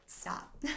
stop